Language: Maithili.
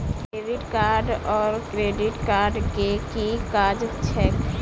डेबिट कार्ड आओर क्रेडिट कार्ड केँ की काज छैक?